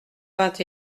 vingt